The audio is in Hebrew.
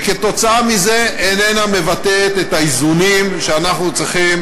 וכתוצאה מזה איננה מבטאת את האיזונים שאנחנו צריכים